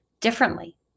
differently